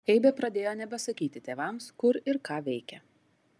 eibė pradėjo nebesakyti tėvams kur ir ką veikia